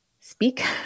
speak